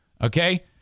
Okay